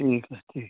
ठीक है ठीक